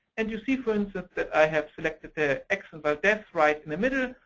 and you see, for instance, that i have selected the exxon valdez, right in the middle.